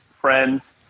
friends